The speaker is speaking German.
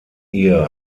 ihr